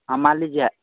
मान लिजिए